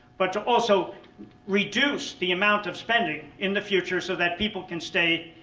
but to also reduce the amount of spending in the future so that people can stay,